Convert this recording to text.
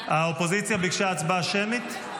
האופוזיציה ביקשה הצבעה שמית?